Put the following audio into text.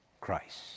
Christ